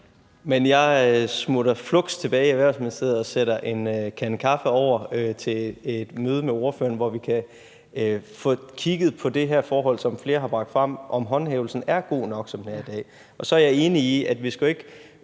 jeg smutter fluks tilbage i Erhvervsministeriet og sætter en kande kaffe over til et møde med ordføreren, hvor vi kan få kigget på det her forhold, som flere har bragt frem, om, hvorvidt håndhævelsen er god nok, som den er i dag.